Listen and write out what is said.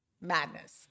madness